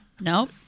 Nope